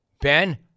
Ben